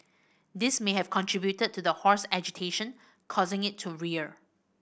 this may have contributed to the horse's agitation causing it to rear